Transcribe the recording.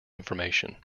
information